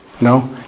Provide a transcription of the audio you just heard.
No